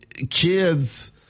Kids